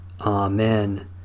Amen